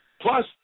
plus